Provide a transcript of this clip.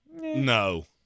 No